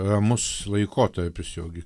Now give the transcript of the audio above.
ramus laikotarpis jau gi